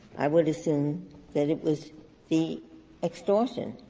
i would assume that it was the extortion.